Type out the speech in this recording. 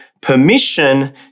permission